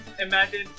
imagine